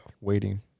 waiting